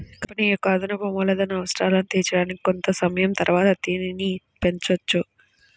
company యొక్క అదనపు మూలధన అవసరాలను తీర్చడానికి కొంత సమయం తరువాత దీనిని పెంచొచ్చు